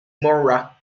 mora